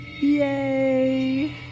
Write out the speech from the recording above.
Yay